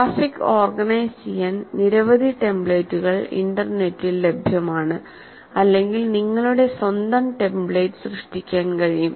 graphic organise ചെയ്യാൻ നിരവധി ടെംപ്ലേറ്റുകൾ ഇൻറർനെറ്റിൽ ലഭ്യമാണ് അല്ലെങ്കിൽ നിങ്ങളുടെ സ്വന്തം ടെംപ്ലേറ്റ് സൃഷ്ടിക്കാൻ കഴിയും